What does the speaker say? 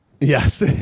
Yes